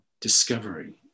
discovery